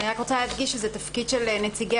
אני רוצה להדגיש שזה תפקיד נציגי